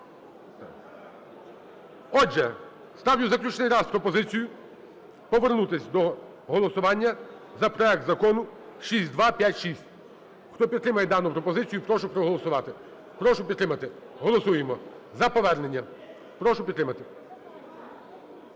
Отже, ставлю заключний раз пропозицію повернутись до голосування за проект закону 6256. Хто підтримує дану пропозицію, прошу проголосувати. Прошу підтримати. Голосуємо за повернення. Прошу підтримати.